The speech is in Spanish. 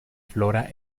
flora